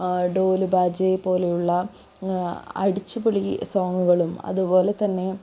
ഡോലുബാജെ പോലുള്ള അടിച്ചുപൊളി സോങ്ങുകളും അതുപോലെത്തന്നെ